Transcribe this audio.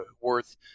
worth